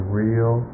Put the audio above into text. real